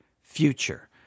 future